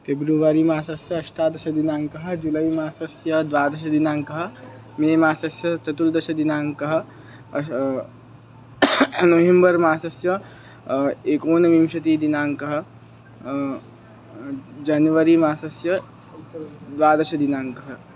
फ़ेब्रुवरि मासस्य अष्टादशदिनाङ्कः जुलै मासस्य द्वादशदिनाङ्कः मे मासस्य चतुर्दशदिनाङ्कः अश नवेम्बर् मासस्य एकोनविंशतिदिनाङ्कः जनवरी मासस्य द्वादशदिनाङ्कः